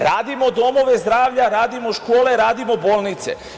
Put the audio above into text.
Radimo domove zdravlja, radimo škole, radimo bolnice.